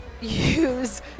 use